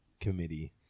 committee